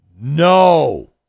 no